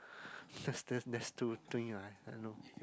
that's that's that's two thing right no